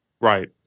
Right